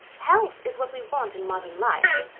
health is what we want in modern life.